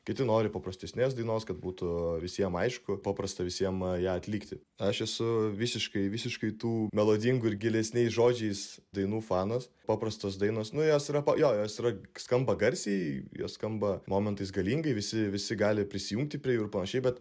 kiti nori paprastesnės dainos kad būtų visiem aišku paprasta visiem ją atlikti aš esu visiškai visiškai tų melodingų ir gilesniais žodžiais dainų fanas paprastos dainos nu jos yra jo jos yra skamba garsiai jos skamba momentais galingai visi visi gali prisijungti prie jų ir panašiai bet